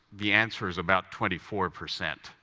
the answer is about twenty four percent.